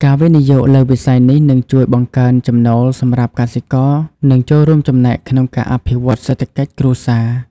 ការវិនិយោគលើវិស័យនេះនឹងជួយបង្កើនចំណូលសម្រាប់កសិករនិងចូលរួមចំណែកក្នុងការអភិវឌ្ឍសេដ្ឋកិច្ចគ្រួសារ។